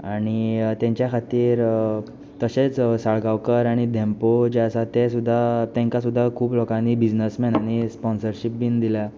आनी तांच्या खातीर तशेंच साळगांवकर आनी धेंपो जे आसा ते सुद्दां तांकां सुद्दां खूब लोकांनी बिजनस मॅनांनी स्पॉन्सरशीप बीन दिल्या